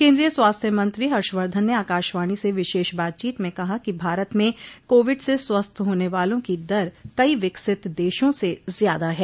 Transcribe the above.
केन्द्रीय स्वास्थ्य मंत्री हर्षवर्धन ने आकाशवाणी से विशेष बातचीत में कहा कि भारत में कोविड से स्वस्थ होने वालों की दर कई विकसित देशों से ज्यादा है